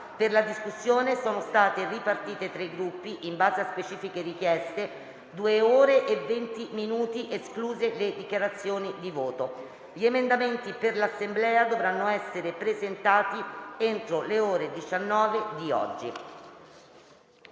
Per la discussione sono state ripartite tra i Gruppi, in base a specifiche richieste, due ore e venti minuti, escluse le dichiarazioni di voto. Gli emendamenti per l'Assemblea dovranno essere presentati entro le ore 19 di oggi.